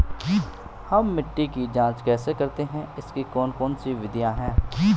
हम मिट्टी की जांच कैसे करते हैं इसकी कौन कौन सी विधियाँ है?